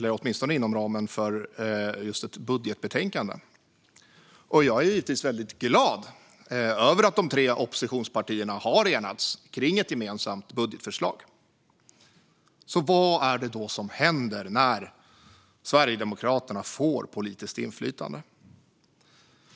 det, åtminstone inom ramen för just ett budgetbetänkande. Jag är givetvis väldigt glad över att de tre oppositionspartierna har enats kring ett gemensamt budgetförslag. Vad är det då som händer när Sverigedemokraterna får politiskt inflytande?